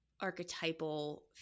archetypal